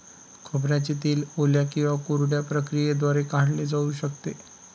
खोबऱ्याचे तेल ओल्या किंवा कोरड्या प्रक्रियेद्वारे काढले जाऊ शकते